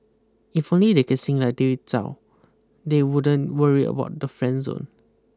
if only they can sing like David Tao they wouldn't worry about the friend zone